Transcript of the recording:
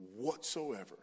whatsoever